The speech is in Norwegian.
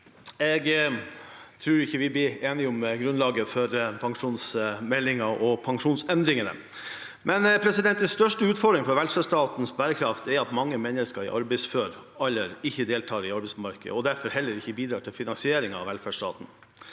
Jeg tror ikke vi blir enige om grunnlaget for pensjonsmeldingen og pensjonsendringene. Den største utfordringen for velferdsstatens bærekraft er at mange mennesker i arbeidsfør alder ikke deltar i arbeidsmarkedet og derfor heller ikke bidrar til finansieringen av velferdsstaten.